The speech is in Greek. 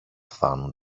φθάνουν